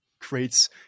creates